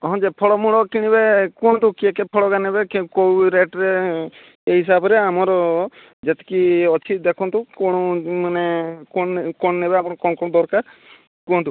ହଁ ଯେ ଫଳମୂଳ କିଣିବେ କୁହନ୍ତୁ କିଏ କିଏ ଫଳଏଗା ନେବେ କିଏ କୋଉ ରେଟ୍ରେ ହିସାବରେ ଆମର ଯେତିକି ଅଛି ଦେଖନ୍ତୁ କ'ଣ ମାନେ କ'ଣ ନେବେ କ'ଣ ନେବେ ଆପଣ କ'ଣ କ'ଣ ଦରକାର କୁହନ୍ତୁ